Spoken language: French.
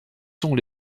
sont